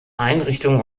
einrichtung